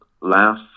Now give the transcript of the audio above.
laugh